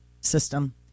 system